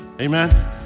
Amen